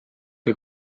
või